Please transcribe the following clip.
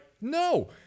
no